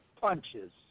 punches